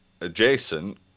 adjacent